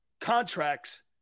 contracts